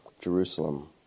Jerusalem